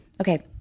Okay